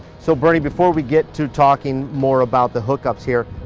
so bernie, before we get to talking more about the hookups here,